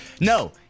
no